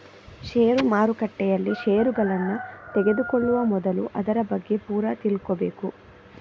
ಷೇರು ಮಾರುಕಟ್ಟೆಯಲ್ಲಿ ಷೇರುಗಳನ್ನ ತೆಗೆದುಕೊಳ್ಳುವ ಮೊದಲು ಅದರ ಬಗ್ಗೆ ಪೂರ ತಿಳ್ಕೊಬೇಕು